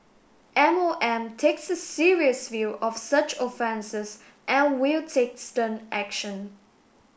M O M takes a serious view of such offences and will take stern action